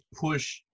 push